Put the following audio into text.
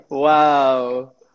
Wow